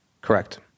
Correct